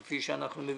כפי שאנחנו מבינים,